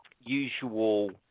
usual